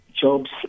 jobs